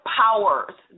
powers